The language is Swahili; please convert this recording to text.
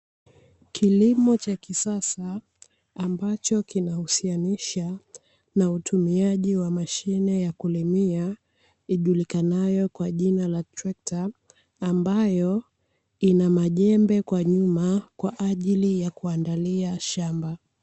Kilimo cha kisasa ambacho kinahisianisha na utumiaji wa mashine ya kulimia ijulikanayo kwa jina la trekta, ambayo ina majembe kwa nyuma kwa ajili ya kuandalia shamba.